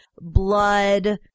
blood